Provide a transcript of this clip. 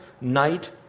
night